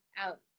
out